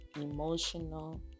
emotional